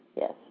Yes